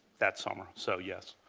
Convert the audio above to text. that summer so yes.